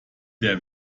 der